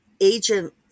agent